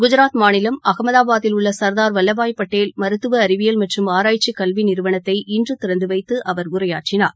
குஜராத் மாநிலம் அகமதாபாத்தில் உள்ள சர்தார் வல்லபாய் படேல் மருத்துவ அறிவியல் மற்றும் ஆராய்ச்சி கல்வி நிறுவனத்தை இன்று திறந்து வைத்து அவர் உரையாற்றினார்